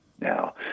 now